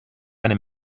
eine